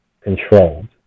controlled